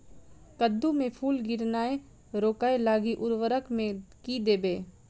कद्दू मे फूल गिरनाय रोकय लागि उर्वरक मे की देबै?